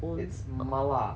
it's mala